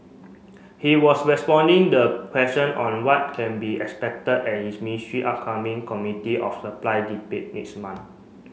he was responding the question on what can be expected at is ministry upcoming Committee of Supply debate next month